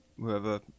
whoever